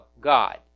God